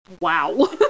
wow